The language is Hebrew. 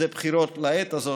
זה בחירות לעת הזאת,